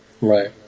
right